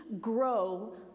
grow